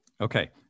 Okay